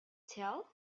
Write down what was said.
tell